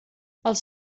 els